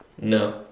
no